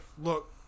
Look